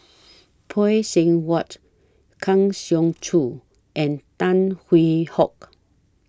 Phay Seng Whatt Kang Siong Joo and Tan Hwee Hock